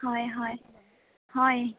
হয় হয় হয়